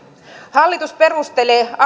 hallitus perustelee